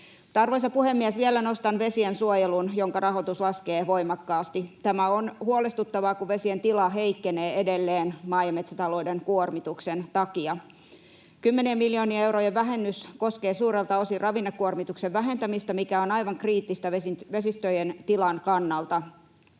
Arvoisa puhemies! Vielä nostan vesiensuojelun, jonka rahoitus laskee voimakkaasti. Tämä on huolestuttavaa, kun vesien tila heikkenee edelleen maa- ja metsätalouden kuormituksen takia. Kymmenien miljoonien eurojen vähennys koskee suurelta osin ravinnekuormituksen vähentämistä, mikä on aivan kriittistä vesistöjen tilan kannalta.